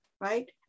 right